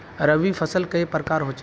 रवि फसल कई प्रकार होचे?